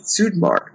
Sudmark